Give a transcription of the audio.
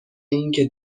اینکه